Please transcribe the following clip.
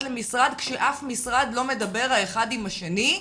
למשרד כשאף משרד לא מדבר האחד עם השני,